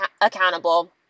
accountable